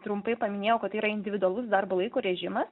trumpai paminėjau kad yra individualus darbo laiko režimas